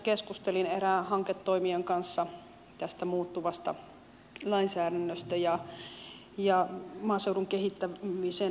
keskustelin erään hanketoimijan kanssa tästä muuttuvasta lainsäädännöstä ja maaseudun kehittämisen tulevaisuudesta